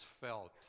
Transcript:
felt